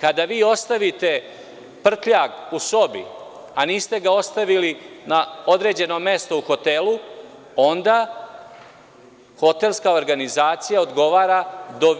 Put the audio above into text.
Kada vi ostavite prtljag u sobi, a niste ga ostavili na određeno mesto u hotelu, onda hotelska organizacija odgovara do